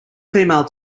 female